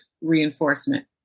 reinforcement